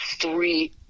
three